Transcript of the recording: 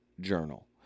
journal